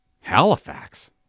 Halifax